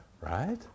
right